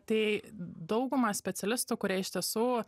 tai daugumą specialistų kurie iš tiesų